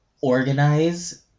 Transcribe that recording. organize